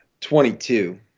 22